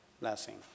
blessing